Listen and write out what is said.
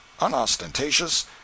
unostentatious